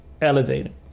elevated